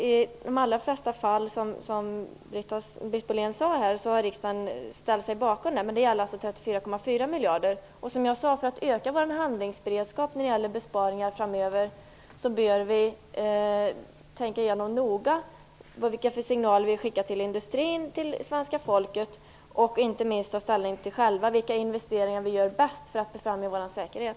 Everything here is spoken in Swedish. I de allra flesta fall har riksdagen ställt sig bakom, som Britt Bohlin sade. Det gäller alltså För att öka vår handlingsberedskap när det gäller besparingar framöver bör vi noga tänka igenom vilka signaler vi skickar till industrin och till svenska folket och inte minst själva ta ställning till vilka investeringar som bäst befrämjar vår säkerhet.